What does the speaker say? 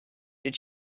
did